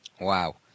Wow